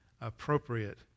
appropriate